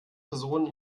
personen